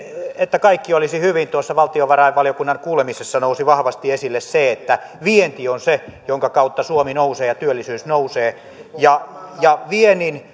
että kaikki olisi hyvin tuossa valtiovarainvaliokunnan kuulemisessa nousi vahvasti esille se että vienti on se jonka kautta suomi nousee ja työllisyys nousee ja ja viennin